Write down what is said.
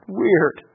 weird